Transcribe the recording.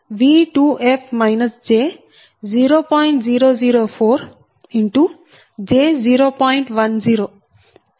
0040